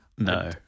No